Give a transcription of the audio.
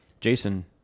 jason